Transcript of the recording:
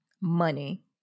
Money